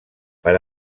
per